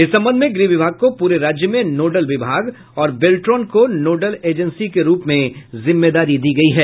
इस संबंध में गृह विभाग को पूरे राज्य में नोडल विभाग और बेल्ट्रॉन को नोडल एजेंसी के रूप में जिम्मेदारी दी गयी है